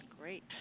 Great